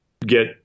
get –